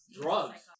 drugs